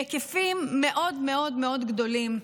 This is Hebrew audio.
בהיקפים מאוד מאוד מאוד גדולים.